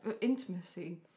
intimacy